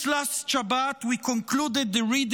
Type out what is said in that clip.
This last Shabbat we concluded the reading